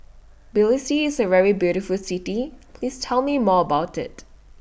Tbilisi IS A very beautiful City Please Tell Me More about IT